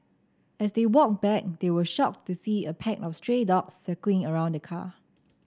as they walked back they were shocked to see a pack of stray dogs circling around the car